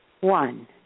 one